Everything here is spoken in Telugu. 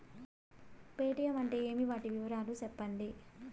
పేటీయం అంటే ఏమి, వాటి వివరాలు సెప్పండి?